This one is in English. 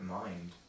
mind